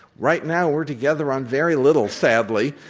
right now, we're together on very little, sadly.